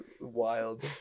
wild